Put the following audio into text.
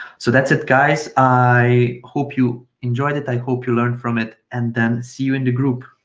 so that's it guys, i hope you enjoyed it, i hope you learn from it and then see you in the group.